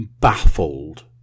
baffled